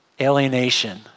alienation